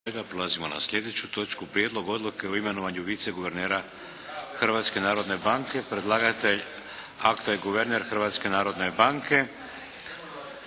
Prelazimo na sljedeću točku. - Prijedlog odluke o imenovanju viceguvernera Hrvatske narodne banke Predlagatelj akta je guverner Hrvatske narodne banke.